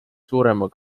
suurema